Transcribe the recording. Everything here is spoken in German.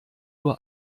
uhr